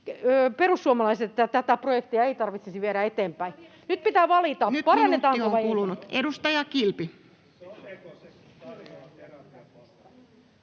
perussuomalaiset, että tätä projektia ei tarvitsisi viedä eteenpäin. Nyt pitää valita, parannetaanko vai ei. Nyt minuutti on kulunut. — Edustaja Kilpi.